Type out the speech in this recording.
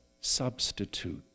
substitute